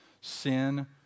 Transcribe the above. Sin